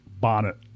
Bonnet